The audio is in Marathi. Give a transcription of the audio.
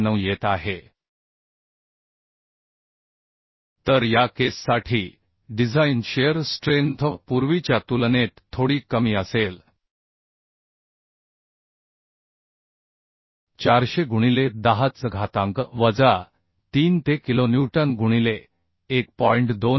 9 येत आहे तर या केससाठी डिझाइन शिअर स्ट्रेंथ पूर्वीच्या तुलनेत थोडी कमी असेल 400 गुणिले 10 च घातांक वजा 3 ते किलोन्यूटन गुणिले 1